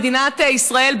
מדינת ישראל,